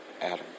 Adam